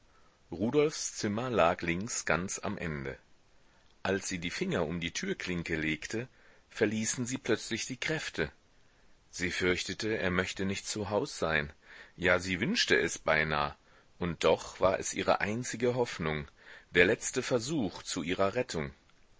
rudolfs zimmer lag links ganz am ende als sie die finger um die türklinke legte verließen sie plötzlich die kräfte sie fürchtete er möchte nicht zu haus sein ja sie wünschte es beinah und doch war es ihre einzige hoffnung der letzte versuch zu ihrer rettung